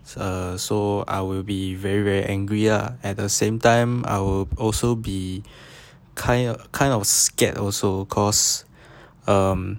err so I will be very very angry lah at the same time I will also be kind of kind of scared also cause um